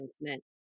announcement